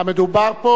מדובר פה